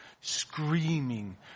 screaming